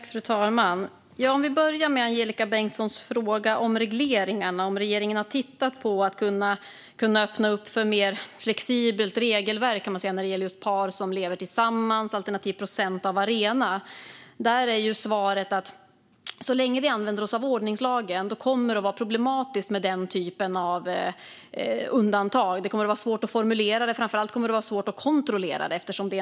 Fru talman! Låt mig börja med Angelika Bengtssons fråga om regeringen har tittat på regleringarna, att öppna för ett mer flexibelt regelverk för till exempel par som lever tillsammans alternativt en procentandel av en arena. Där är svaret att så länge vi använder oss av ordningslagen kommer det att vara problematiskt med den typen av undantag. Det kommer att vara svårt att formulera dem, och framför allt kommer det att vara svårt att kontrollera dem.